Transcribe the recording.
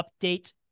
update